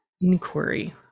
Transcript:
inquiry